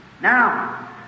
Now